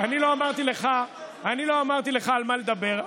אני לא אמרתי לך על מה לדבר,